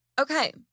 Okay